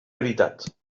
veritat